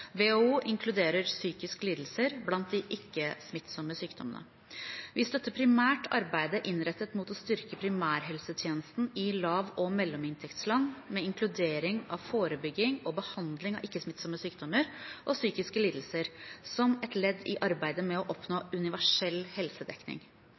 WHO inkluderer psykiske lidelser blant de ikke-smittsomme sykdommene. Vi støtter primært arbeidet innrettet mot å styrke primærhelsetjenesten i lav- og mellominntektsland med inkludering av forebygging og behandling av ikke-smittsomme sykdommer og psykiske lidelser som et ledd i arbeidet med å